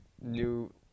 new